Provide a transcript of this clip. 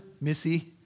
Missy